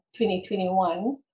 2021